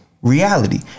Reality